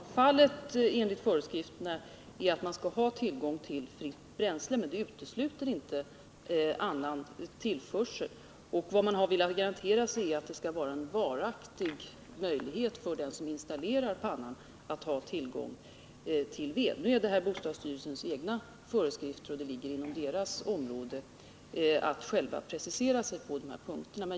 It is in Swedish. Herr talman! Normalfallet är enligt föreskrifterna att man skall ha tillgång till fritt bränsle, men det utesluter inte annan tillförsel. Vad man velat försäkra sig om är att den som installerar vedpannan har en varaktig tillgång till ved. Det gäller i detta fall bostadsstyrelsens egna föreskrifter, och det ligger inom styrelsens område att precisera sig på dessa punkter.